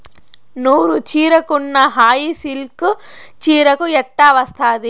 నూరు చీరకున్న హాయి సిల్కు చీరకు ఎట్టా వస్తాది